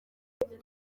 mungire